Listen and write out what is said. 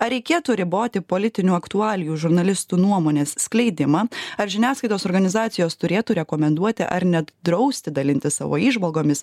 ar reikėtų riboti politinių aktualijų žurnalistų nuomonės skleidimą ar žiniasklaidos organizacijos turėtų rekomenduoti ar net drausti dalintis savo įžvalgomis